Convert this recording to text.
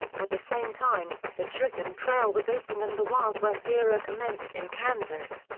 at the same time, the chisholm trail was opened and the wild west-era commenced in kansas.